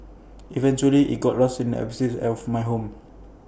eventually IT got lost in the abyss of my home